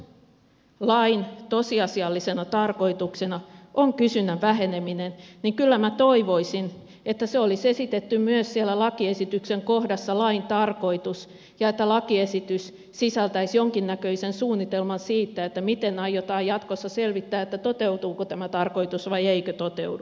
jos lain tosiasiallisena tarkoituksena on kysynnän väheneminen niin kyllä minä toivoisin että se olisi esitetty myös lakiesityksen kohdassa lain tarkoitus ja että lakiesitys sisältäisi jonkinnäköisen suunnitelman siitä miten aiotaan jatkossa selvittää toteutuuko tämä tarkoitus vai eikö toteudu